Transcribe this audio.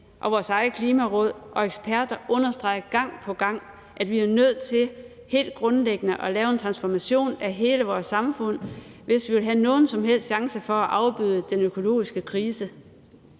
vores eget Klimaråd og eksperter understreger gang på gang, at vi er nødt til helt grundlæggende at lave en transformation af hele vores samfund, hvis vi vil have nogen som helst chance for at afbøde den økologiske krise.